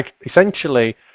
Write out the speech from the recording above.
essentially